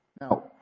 Now